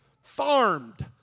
farmed